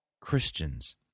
Christians